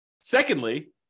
secondly